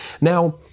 Now